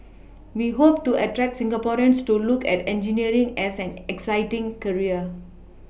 we hope to attract Singaporeans to look at engineering as an exciting career